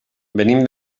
venim